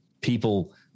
people